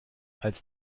als